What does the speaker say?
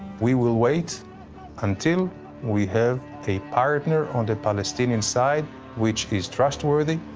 we will wait until we have a partner on the palestinian side which is trustworthy,